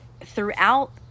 throughout